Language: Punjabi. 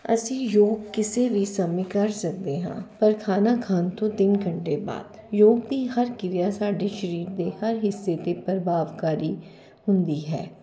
ਅਸੀਂ ਯੋਗ ਕਿਸੇ ਵੀ ਸਮੇਂ ਕਰ ਸਕਦੇ ਹਾਂ ਪਰ ਖਾਣਾ ਖਾਣ ਤੋਂ ਤਿੰਨ ਘੰਟੇ ਬਾਅਦ ਯੋਗ ਦੀ ਹਰ ਕਿਰਿਆ ਸਾਡੇ ਸਰੀਰ ਦੇ ਹਰ ਹਿੱਸੇ 'ਤੇ ਪ੍ਰਭਾਵਕਾਰੀ ਹੁੰਦੀ ਹੈ